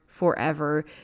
forever